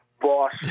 boss